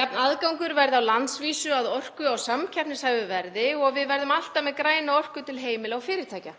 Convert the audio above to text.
Jafn aðgangur verði á landsvísu að orku á samkeppnishæfu verði og við verðum alltaf með græna orku til heimila og fyrirtækja.